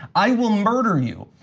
i will murder you.